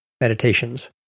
Meditations